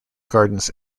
gardens